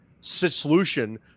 solution